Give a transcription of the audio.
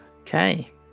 Okay